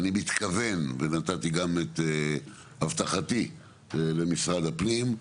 אני מתכוון, ונתתי גם את הבטחתי למשרד הפנים,